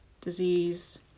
disease